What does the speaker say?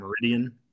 Meridian